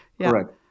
correct